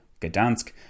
Gdansk